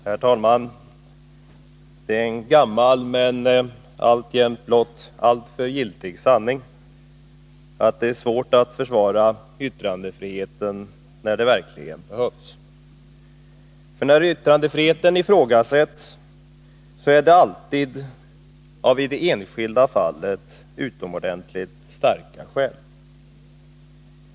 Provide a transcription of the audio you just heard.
Herr talman! Det är en gammal — men alltjämt blott alltför giltig — sanning att det är svårt att försvara yttrandefriheten när det verkligen behövs. För då yttrandefriheten ifrågasätts, görs det alltid av i det enskilda fallet starka skäl.